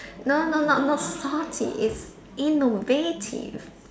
no no not not salty it's innovative